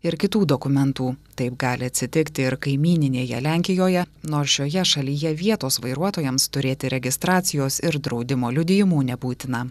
ir kitų dokumentų taip gali atsitikti ir kaimyninėje lenkijoje nors šioje šalyje vietos vairuotojams turėti registracijos ir draudimo liudijimų nebūtina